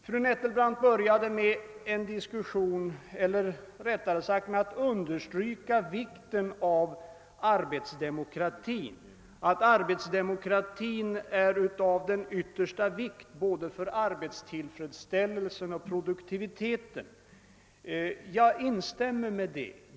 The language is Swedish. Fru Nettelbrandt började med att understryka vikten av arbetsdemokrati — arbetsdemokratin är av yttersta vikt för både arbetstillfredsställelsen och produktiviteten. Jag instämmer i detta.